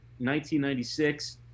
1996